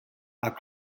are